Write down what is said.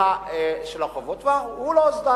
של החובות, והוא לא הוסדר.